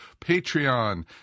Patreon